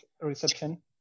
reception